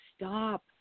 stop